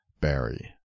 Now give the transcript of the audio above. Barry